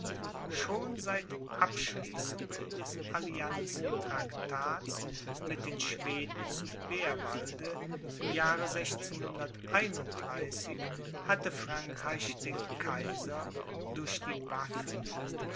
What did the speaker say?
schon seit abschließung des allianztraktats mit den schweden zu bärwalde im jahre hatte frankreich den kaiser durch die waffen